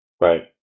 Right